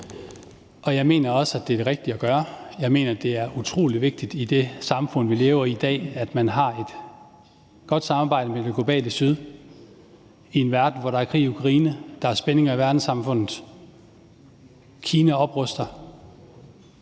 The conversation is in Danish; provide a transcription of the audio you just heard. Og jeg mener også, at det er det rigtige at gøre. Jeg mener, at det er utrolig vigtigt i det samfund, vi lever i i dag, at man har et godt samarbejde med det globale syd i en verden, hvor der er krig i Ukraine, der er spændinger i verdenssamfundet, og Kina opruster.